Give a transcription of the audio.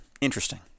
Interesting